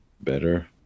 better